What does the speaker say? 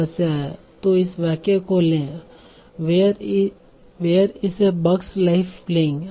तो इस वाक्य को लें where is a bug's life playing where is a bug's life playing